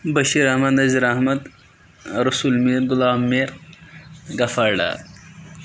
Bashir Ahmad Nazir Ahmad Rasool Mir Ghulam Mir Ghaffar Dar